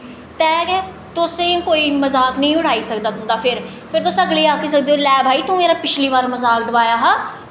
तां गै तुसेंगी कोई मज़ाक नी उड़ाई सकदा तुंदा फ्ही तुस फ्ही अगले गी आक्खी सकदे ओ लै भाई तूं मेरा पिछली बार मज़ाक डोआया हा